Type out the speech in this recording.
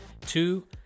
Two